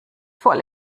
voll